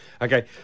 Okay